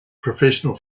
professional